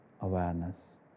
awareness